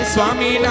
Swami